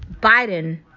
Biden